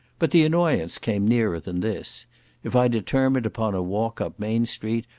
but the annoyance came nearer than this if i determined upon a walk up main-street,